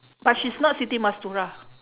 but she's not siti-mastura